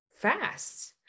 fast